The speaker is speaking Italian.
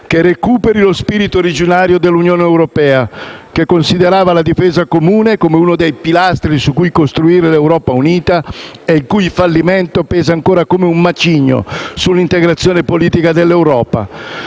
che recuperi lo spirito originario dell'Unione europea, che considerava la difesa comune come uno dei pilastri su cui costruire l'Europa unita e il cui fallimento pesa ancora come un macigno sull'integrazione politica dell'Europa.